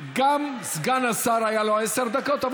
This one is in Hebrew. לסגן השר היו עשר דקות,